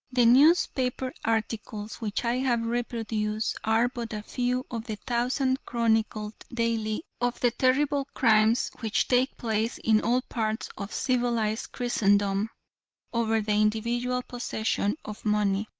the newspaper articles, which i have reproduced, are but a few of the thousands chronicled daily of the terrible crimes which take place in all parts of civilized christendom over the individual possession of money,